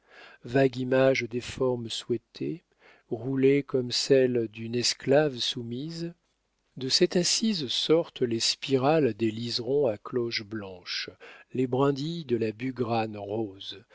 vague image des formes souhaitées roulées comme celles d'une esclave soumise de cette assise sortent les spirales des liserons à cloches blanches les brindilles de la bugrane rose